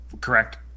correct